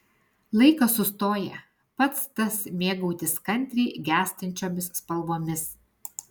laikas sustoja pats tas mėgautis kantriai gęstančiomis spalvomis